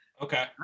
Okay